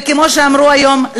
וכמו שאמרו היום,